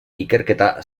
ikerketa